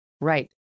Right